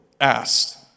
asked